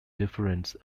difference